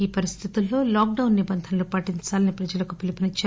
ఈ పరిస్థితులలో lockdown నిబంధలను పాటించాలని ప్రజలకు పిలుపునిచ్చారు